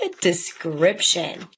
description